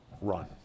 Run